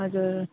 हजुर